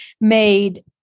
made